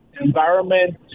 environment